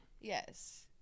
Yes